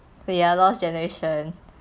ya lost generation